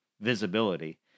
visibility